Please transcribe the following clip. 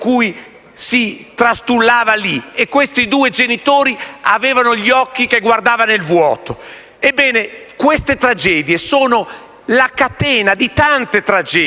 si trastullava. Questi due genitori avevano gli occhi che guardavano nel vuoto. Ebbene queste tragedie sono la catena di tante tragedie